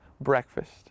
breakfast